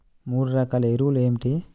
మూడు రకాల ఎరువులు ఏమిటి?